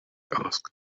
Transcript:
asked